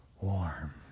warm